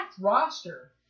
roster